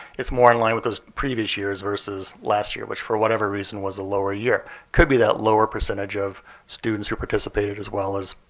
it's more in line with those previous years versus last year, which for whatever reason was a lower year. it could be that lower percentage of students who participated as well as